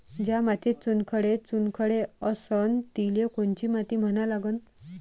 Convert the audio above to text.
ज्या मातीत चुनखडे चुनखडे असन तिले कोनची माती म्हना लागन?